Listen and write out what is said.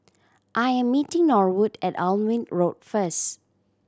I am meeting Norwood at Alnwick Road first